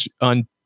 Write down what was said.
on